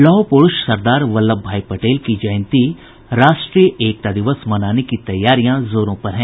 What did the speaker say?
लौह प्रुष सरदार वल्लभ भाई पटेल की जयंती राष्ट्रीय एकता दिवस मनाने की तैयारियां जोरों पर हैं